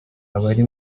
abari